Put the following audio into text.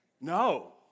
No